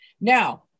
Now